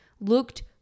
looked